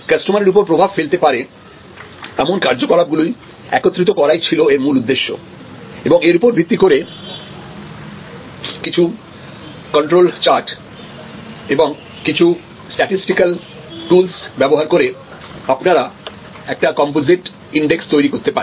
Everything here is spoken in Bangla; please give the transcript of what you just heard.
কাস্টমারের উপরে প্রভাব ফেলতে পারে এমন কার্যকলাপগুলো একত্রিত করাই ছিল এর মূল উদ্দেশ্য এবং এর উপর ভিত্তি করে কিছু কন্ট্রোল চার্ট এবং কিছু স্ট্যাটিসটিক্যাল টুলস ব্যবহার করে আপনারা একটা কম্পোজিট ইন্ডেক্স তৈরি করতে পারেন